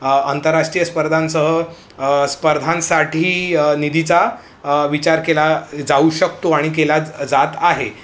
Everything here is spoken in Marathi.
आंतरराष्ट्रीय स्पर्धांसह स्पर्धांसाठी निधीचा विचार केला जाऊ शकतो आणि केला जात आहे